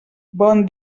bon